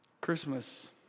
Christmas